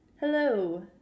Hello